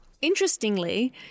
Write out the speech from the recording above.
Interestingly